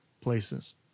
places